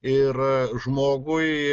ir žmogui